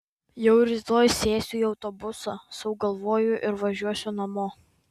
jau rytoj sėsiu į autobusą sau galvoju ir važiuosiu namo